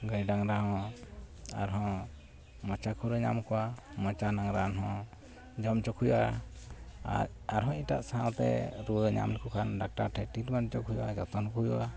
ᱜᱟᱹᱭ ᱰᱟᱝᱜᱽᱨᱟ ᱦᱚᱸ ᱵᱟᱝ ᱢᱚᱪᱟ ᱠᱷᱩᱨᱟᱹ ᱧᱟᱢ ᱠᱚᱣᱟ ᱢᱚᱪᱟ ᱨᱮᱱᱟᱝ ᱨᱟᱱᱦᱚᱸ ᱡᱚᱢ ᱚᱪᱚᱠᱚ ᱦᱩᱭᱩᱜᱼᱟ ᱟᱨ ᱟᱨᱦᱚᱸ ᱮᱴᱟᱜ ᱥᱟᱶᱛᱮ ᱨᱩᱣᱟᱹ ᱧᱟᱢᱞᱮᱠᱚ ᱠᱷᱟᱱ ᱰᱟᱠᱴᱟᱨ ᱴᱷᱮᱱ ᱴᱨᱤᱴᱢᱮᱱᱴ ᱚᱪᱚᱠᱚ ᱦᱩᱭᱩᱜᱼᱟ ᱡᱚᱛᱚᱱᱠᱚ ᱦᱩᱭᱩᱜᱼᱟ